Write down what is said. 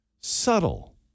Subtle